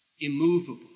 immovable